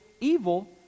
evil